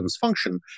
function